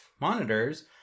monitors